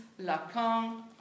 Lacan